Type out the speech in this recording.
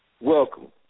Welcome